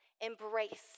embrace